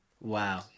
Wow